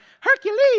Hercules